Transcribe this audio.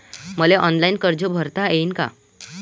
मले ऑनलाईन कर्ज भरता येईन का?